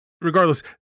regardless